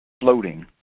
floating